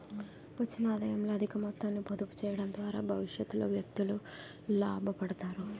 వచ్చిన ఆదాయంలో అధిక మొత్తాన్ని పొదుపు చేయడం ద్వారా భవిష్యత్తులో వ్యక్తులు లాభపడతారు